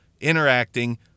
interacting